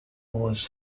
was